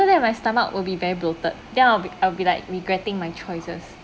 after that my stomach will be very bloated then I'll be I'll be like regretting my choices